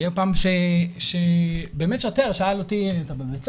הייתה פעם שבאמת שוטר שאל אותי: אתה בבית ספר?